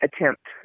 attempt